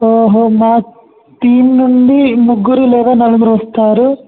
ఓహో మా టీం నుండి ముగ్గురు లేదా నలుగురోస్తారు